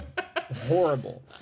horrible